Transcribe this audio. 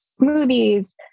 smoothies